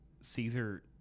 caesar